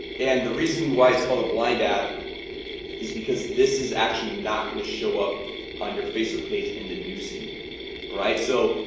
and the reason why it's called a blind ad is because this is actually not going to show up on your facebook page in the newsfeed right, so,